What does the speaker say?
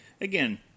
Again